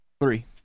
Three